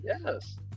Yes